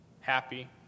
happy